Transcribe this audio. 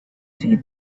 see